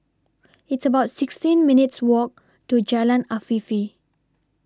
It's about sixteen minutes' Walk to Jalan Afifi